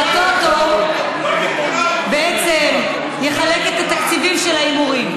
שהטוטו יחלק את התקציבים של ההימורים.